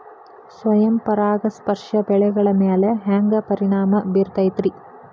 ಸ್ವಯಂ ಪರಾಗಸ್ಪರ್ಶ ಬೆಳೆಗಳ ಮ್ಯಾಲ ಹ್ಯಾಂಗ ಪರಿಣಾಮ ಬಿರ್ತೈತ್ರಿ?